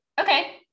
okay